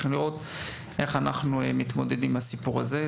לראות איך אנחנו מתמודדים עם הסיפור הזה.